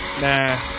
Nah